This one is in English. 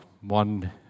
one